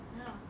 ya